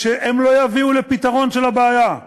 שלא יביאו לפתרון הבעיה,